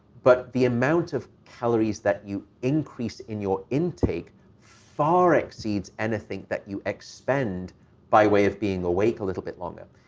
but the amount of calories that you increase in your intake far exceeds anything that you expend by way of being awake a little bit longer.